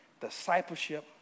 discipleship